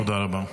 תודה רבה.